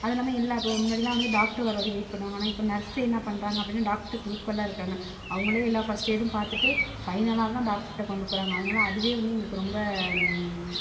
அது இல்லாமல் இல்லை இப்போது முன்னாடிலாம் வந்து டாக்ட்ரு வர வரையும் வைட் பண்ணுவாங்க இப்போது நர்ஸே என்ன பண்ணுறாங்க அப்படின்னா டாக்டருக்கு ஈக்குவலாக இருக்காங்க அவங்களே எல்லா ஃபர்ஸ்டேய்டும் பார்த்துட்டு ஃபைனலாகதான் டாக்டர்கிட்ட கொண்டு போகிறாங்க அதனால் அது வந்து எங்களுக்கு ரொம்ப